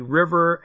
river